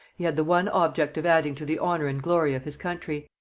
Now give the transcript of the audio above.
he had the one object of adding to the honour and glory of his country.